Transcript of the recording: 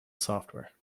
software